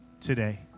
today